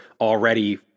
already